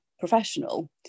Professional